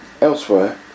elsewhere